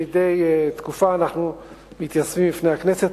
היא שמדי תקופה אנחנו מתייצבים בפני הכנסת